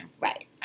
Right